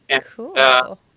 cool